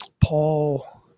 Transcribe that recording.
Paul